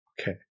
Okay